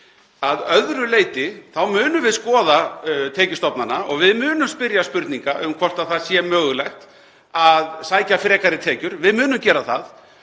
Að öðru leyti munum við skoða tekjustofnana og við munum spyrja spurninga um hvort það sé mögulegt að sækja frekari tekjur. Við munum gera það.